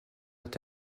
est